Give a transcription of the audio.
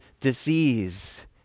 disease